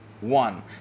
One